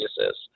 assists